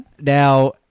Now